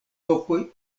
lokoj